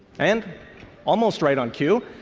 and almost right on cue,